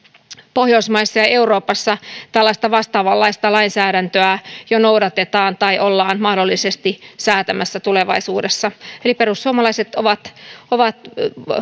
pohjoismaissa ja euroopassa tällaista vastaavanlaista lainsäädäntöä jo noudatetaan tai ollaan mahdollisesti säätämässä tulevaisuudessa eli perussuomalaiset ovat ovat